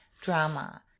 drama